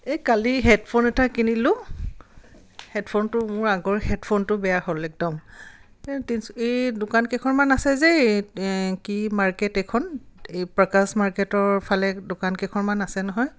এই কালি হে'ডফোন এটা কিনিলোঁ হে'ডফোনটো মোৰ আগৰ হে'ডফোনটো বেয়া হ'ল একদম এই তি দোকান কেইখনমান আছে যে এই কি মাৰ্কেট এইখন এই প্ৰকাশ মাৰ্কেটৰ ফালে দোকান কেইখনমান আছে নহয়